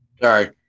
Sorry